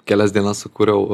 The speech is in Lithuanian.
kelias dienas sukūriau